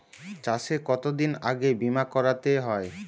চাষে কতদিন আগে বিমা করাতে হয়?